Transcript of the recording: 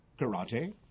Karate